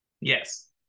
Yes